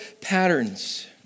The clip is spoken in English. patterns